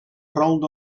rolled